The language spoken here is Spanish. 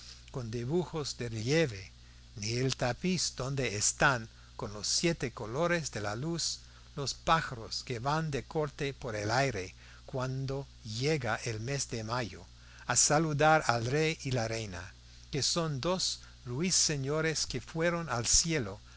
con dibujos de relieve ni el tapiz donde están con los siete colores de la luz los pájaros que van de corte por el aire cuando llega el mes de mayo a saludar al rey y la reina que son dos ruiseñores que fueron al cielo